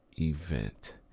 event